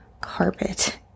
carpet